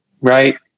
right